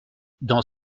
dans